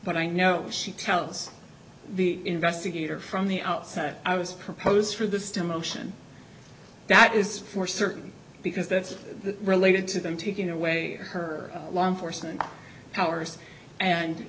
but i know she tells the investigator from the outset i was proposed for this to motion that is for certain because that's related to them taking away her law enforcement powers and